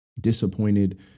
Disappointed